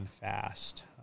fast